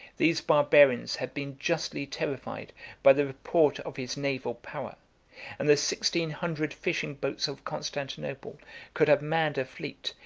these barbarians had been justly terrified by the report of his naval power and the sixteen hundred fishing boats of constantinople could have manned a fleet,